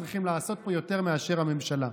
צריכים לעשות פה יותר מאשר הממשלה.